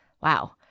Wow